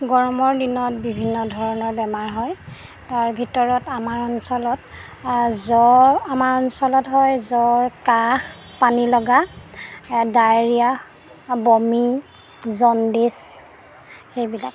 গৰমৰ দিনত বিভিন্ন ধৰণৰ বেমাৰ হয় তাৰ ভিতৰত আমাৰ অঞ্চলত জ্বৰ আমাৰ অঞ্চলত হয় জ্বৰ কাহ পানীলগা ডায়েৰীয়া বমি জণ্ডিচ সেইবিলাক